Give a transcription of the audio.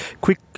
Quick